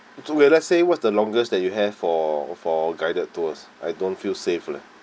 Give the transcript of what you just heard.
so we let's say what was the longest that you have for for guided tours I don't feel safe leh